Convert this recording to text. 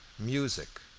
music,